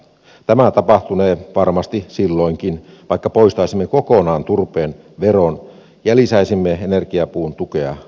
tämä tapahtunee varmasti silloinkin vaikka poistaisimme kokonaan turpeen veron ja lisäisimme energiapuun tukea kattoon